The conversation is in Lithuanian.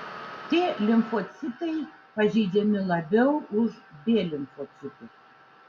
t limfocitai pažeidžiami labiau už b limfocitus